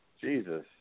Jesus